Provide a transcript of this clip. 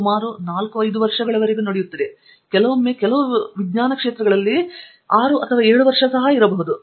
ಫಣಿಕುಮಾರ್ ಇದು ಸುಮಾರು 4 5 ವರ್ಷಗಳವರೆಗೆ ಸೆಳೆಯುತ್ತದೆ ಕೆಲವೊಮ್ಮೆ ಕೆಲವು ವಿಜ್ಞಾನಗಳಲ್ಲಿ 6 ಅಥವಾ 7 ವರ್ಷ ಸಹ ಇರಬಹುದು